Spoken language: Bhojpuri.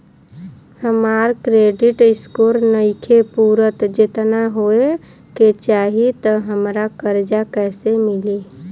हमार क्रेडिट स्कोर नईखे पूरत जेतना होए के चाही त हमरा कर्जा कैसे मिली?